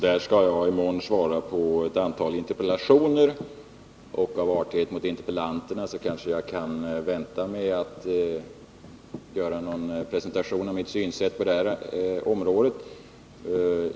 Jag skall i morgon besvara ett antal interpellationer i den frågan. Av artighet mot interpellanterna kanske jag kan vänta med att presentera min syn på detta.